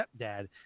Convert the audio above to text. stepdad